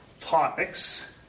topics